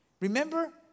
Remember